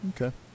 okay